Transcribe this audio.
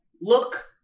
look